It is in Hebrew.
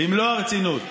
במלוא הרצינות.